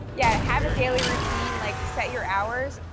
yeah, have a daily routine like set your hours,